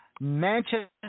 Manchester